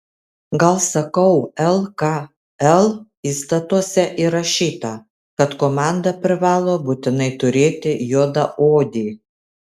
gal sakau lkl įstatuose įrašyta kad komanda privalo būtinai turėti juodaodį